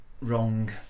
wrong